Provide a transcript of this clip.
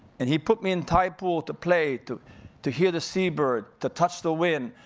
and he put me in tide pool to play, to to hear the sea bird, to touch the wind.